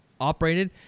operated